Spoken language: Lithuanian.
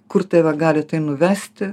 kur tai va gali tai nuvesti